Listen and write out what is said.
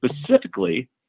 specifically